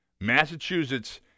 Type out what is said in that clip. massachusetts